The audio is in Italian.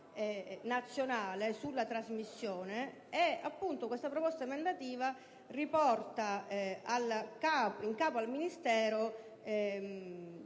nazionale sulla trasmissione: questa proposta emendativa riporta appunto in capo al Ministero